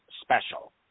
special